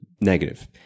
negative